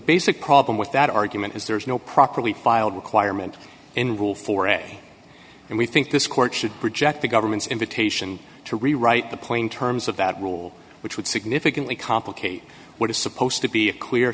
basic problem with that argument is there is no properly filed requirement in rule for ebay and we think this court should reject the government's invitation to rewrite the point terms of that rule which would significantly complicate what is supposed to be a clear